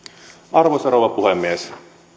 arvoisa rouva puhemies